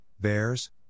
bears